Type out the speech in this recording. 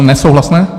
Nesouhlasné.